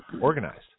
organized